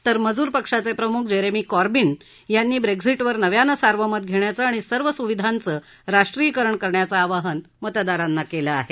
तर मजूर पक्षाचे प्रमुख जेरेमी कॉर्बीन यांनी ब्रेक्झिटवर नव्यानं सार्वमत घेण्याचं आणि सर्व स्विधांचं राष्ट्रीयकरण करण्याचं आवाहन मतदारांना केलं आहे